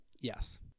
Yes